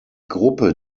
gruppe